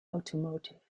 automotive